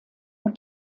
und